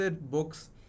books